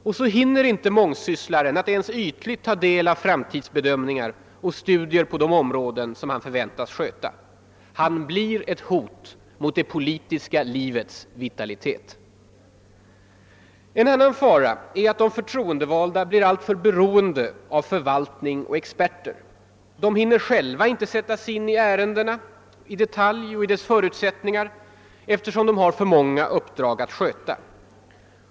Och så hinner inte mångsysslaren att ens ytligt ta del av framtidsbedömningar och framtidsstudier på de områden han förväntas sköta. Han blir ett hot mot det politiska livets vitalitet. En annan fara är att de förtroendevalda blir alltför beroende av förvaltning och experter. De hinner själva inte i detalj sätta sig in i ärendena och i deras förutsättningar, eftersom de har för många uppdrag att sköta.